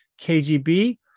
KGB